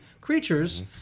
creatures